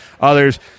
others